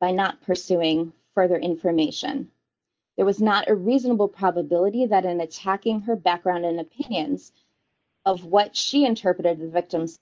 by not pursuing further information there was not a reasonable probability of that and that checking her background in opinions of what she interpreted the victims